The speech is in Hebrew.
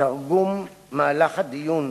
תרגום מהלך הדיון,